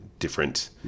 different